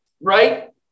right